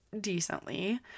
decently